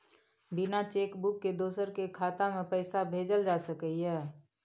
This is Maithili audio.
बिना चेक बुक के दोसर के खाता में पैसा भेजल जा सकै ये?